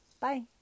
Bye